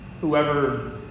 whoever